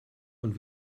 und